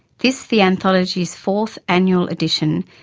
this, the anthology's fourth annual edition,